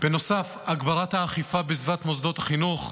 בנוסף הגברת האכיפה בסביבת מוסדות החינוך,